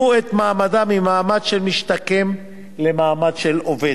את מעמדם ממעמד של משתקם למעמד של עובד.